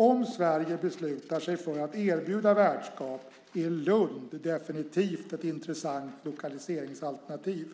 Om Sverige beslutar sig för att erbjuda värdskap är Lund definitivt ett intressant lokaliseringsalternativ.